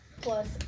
plus